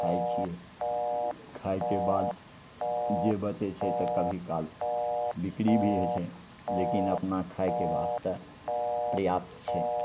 खाइ छिए खाएके बाद जे बचै छै तऽ कभी काल बिक्री भी होइ छै लेकिन अपना खाएके वास्ते पर्याप्त छै